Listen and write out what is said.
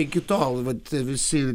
iki tol vat visi